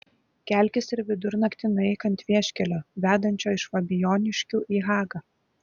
kelkis ir vidurnaktį nueik ant vieškelio vedančio iš fabijoniškių į hagą